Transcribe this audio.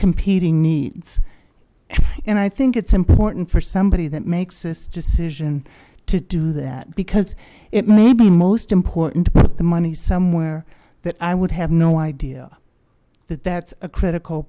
competing needs and i think it's important for somebody that makes this decision to do that because it may be most important to put the money somewhere that i would have no idea that that's a critical